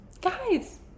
guys